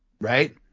right